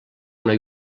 una